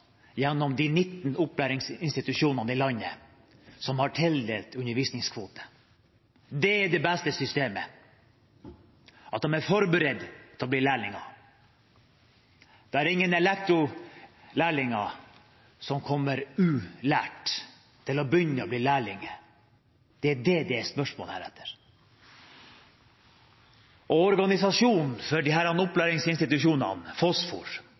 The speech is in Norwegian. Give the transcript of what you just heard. gjennom de 19 opplæringsinstitusjonene i landet som har tildelt undervisningskvoter. Det er det beste systemet – at de er forberedt til å bli lærlinger. Det er ingen elektrolærlinger som er ulært når de begynner som lærlinger. Det er det det er spørsmål etter her. Organisasjonen for disse opplæringsinstitusjonene,